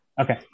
Okay